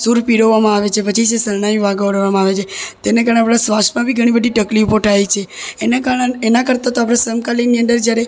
સૂર પીરવવામાં આવે છે પછી જે શરણાઈયું વગોળવામાં આવે છે તેને કારણે આપણા શ્વાસમાં બૌ ઘણી બધી તકલીફો થાય છે એના કારણ એના કરતાં તો આપણે સમકાલીનની અંદર જ્યારે